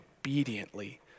obediently